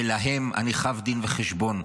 ולהן אני חב דין וחשבון.